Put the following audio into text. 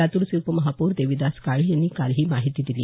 लातूरचे उपमहापौर देविदास काळे यांनी काल ही माहिती दिली